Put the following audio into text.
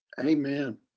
amen